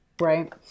right